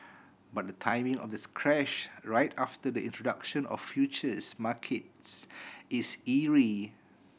but the timing of this crash right after the introduction of futures markets is eerie